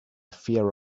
fear